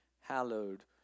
Hallowed